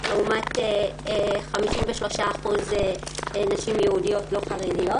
לעומת 53% מן הנשים היהודיות הלא חרדיות.